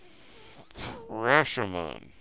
Rashomon